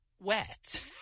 wet